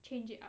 change it up